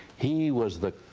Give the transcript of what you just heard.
he was the,